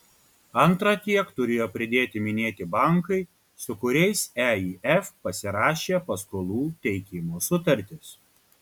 antra tiek turėjo pridėti minėti bankai su kuriais eif pasirašė paskolų teikimo sutartis